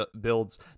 builds